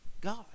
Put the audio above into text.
God